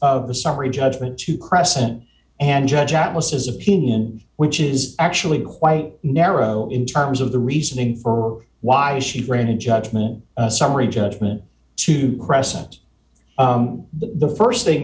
of the summary judgment to crescent and judge atlases opinion which is actually quite narrow in terms of the reasoning for why she ran a judgment summary judgment to crescent the st thing